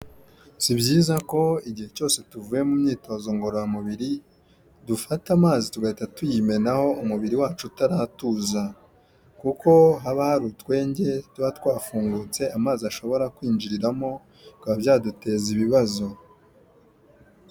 Si byiza ko igihe cyose tuvuye mu myitozo ngororamubiri dufata amazi tugahita tuyimenaho, umubiri wacu utaratuza; kuko haba hari utwenge tuba twafungutse amazi ashobora kwinjiriramo bikaba byaduteza ibibazo.